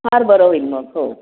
फार बरं होईल मग हो